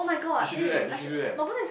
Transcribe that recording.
you should do that you should do that